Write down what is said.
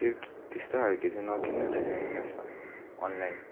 त्यो त्यस्तो खालके चाहिँ नकिन्नु रहेछ नि खासमा अनलाइन